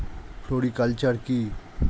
Floriculture কি?